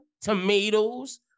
tomatoes